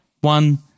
one